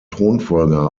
thronfolger